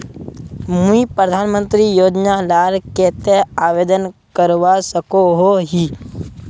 मुई प्रधानमंत्री योजना लार केते आवेदन करवा सकोहो ही?